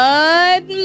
Good